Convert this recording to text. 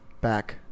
back